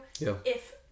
if-